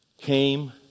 came